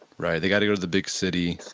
right? they got to go to the big city.